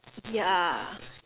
yeah